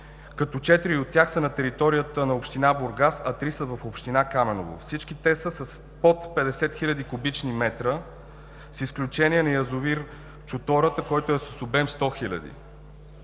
като четири от тях са на територията на община Бургас, а три са в община Камено. Всички те са с под 50 хил. куб. м, с изключение на яз. „Чутората“, който е с обем от 100 хил.